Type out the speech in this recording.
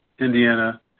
Indiana